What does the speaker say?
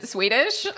Swedish